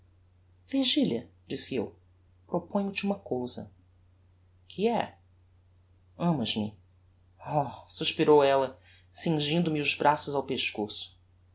virgilia disse eu proponho te uma cousa que é amas-me oh suspirou ella cingindo me os braços ao pescoço